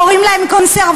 קוראים להם קונסרבטיבים.